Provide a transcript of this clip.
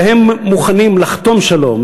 והם מוכנים לחתום שלום,